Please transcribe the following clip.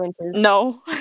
No